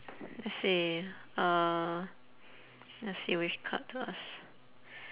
let's see uh let's see which card to ask